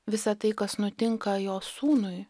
visa tai kas nutinka jos sūnui